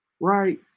right